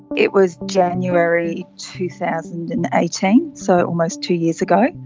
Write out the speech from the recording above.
it was january two thousand and eighteen, so almost two years ago.